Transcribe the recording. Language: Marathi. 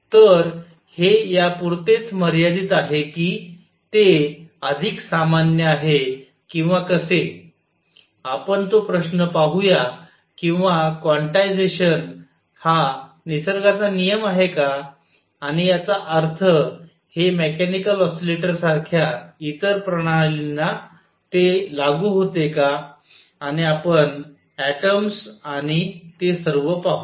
तर हे यापुरतेच मर्यादित आहे कि ते अधिक सामान्य आहे किंवा कसे आपण तो प्रश्न पाहूया किंवा क्वांटायझजेशन हा निसर्गाचा नियम आहे का आणि याचा अर्थ हे मेकॅनिकल ऑसिलेटर सारख्या इतर प्रणालींना ते लागू होते का आणि आपण ऍटॉम्स आणि ते सर्व पाहू